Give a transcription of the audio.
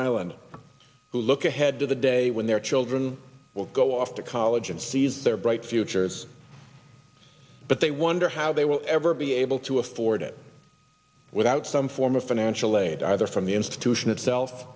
island who look ahead to the day when their children will go off to college and sees their bright futures but they wonder how they will ever be able to afford it without some form of financial aid either from the institution itself